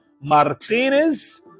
Martinez